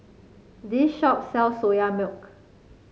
this shop sells Soya Milk